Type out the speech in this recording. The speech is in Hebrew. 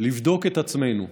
לבדוק את עצמנו,